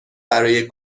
برای